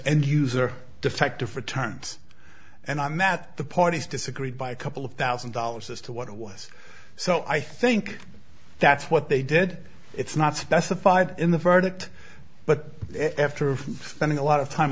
end user defective returns and i met the parties disagree by a couple of thousand dollars as to what it was so i think that's what they did it's not specified in the verdict but after of spending a lot of time